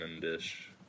dish